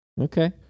Okay